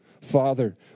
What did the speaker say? Father